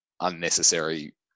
unnecessary